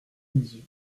midi